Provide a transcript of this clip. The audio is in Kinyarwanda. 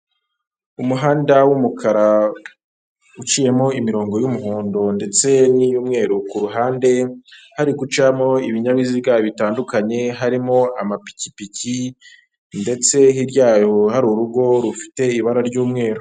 Umuhanda w'umukara uciyemo imirongo y'umuhondo ndetse n'iy'umweru ku ruhande hari gucamo ibinyabiziga bitandukanye harimo amapikipiki ndetse hirya yayo hari urugo rufite ibara ry'umweru.